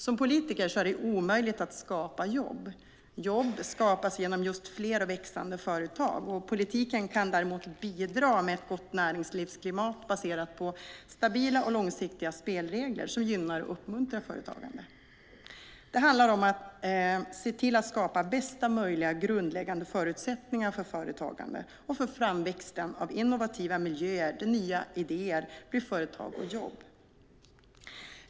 Som politiker är det omöjligt att skapa jobb. Jobb skapas genom fler och växande företag. Politiken kan däremot bidra med ett gott näringslivsklimat baserat på stabila och långsiktiga spelregler som gynnar och uppmuntrar företagande. Det handlar om att skapa bästa möjliga grundläggande förutsättningar för företagande och för framväxten av innovativa miljöer där nya idéer blir företag och jobb.